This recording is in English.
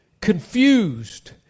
confused